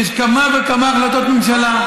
יש כמה וכמה החלטות ממשלה.